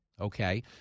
okay